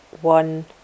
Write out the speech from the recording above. one